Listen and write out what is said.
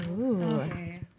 Okay